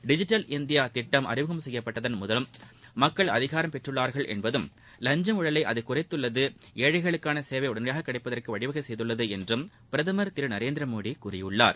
digital India திட்டம் அறிமுகம் செய்யப்பட்டதன் மூலம் மக்கள் அதிகாரம் பெற்றுள்ளார்கள் என்பதும் லஞ்ச ஊழலை அது குறைத்து ஏழைகளுக்கான சேவை உடனடியாக கிடைப்பதற்கு வழிசெய்துள்ளது என்றும் பிரதமர் திரு நரேந்திரமோடி கூறியிருக்கிறார்